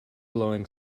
blowing